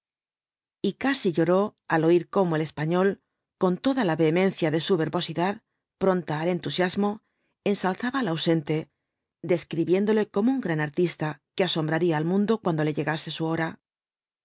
y casi lloró al oír cómo el español con toda la vehemencia de su verbosidad pronta al entusiasmo ensalzaba al ausente describiéndole como un gran artista que asombraría al mundo cuando le llegase su hora